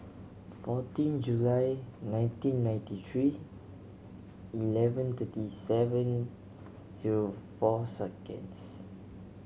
fourteen July nineteen ninety three eleven thirty seven zero four seconds